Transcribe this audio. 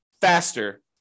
faster